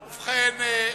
ובכן,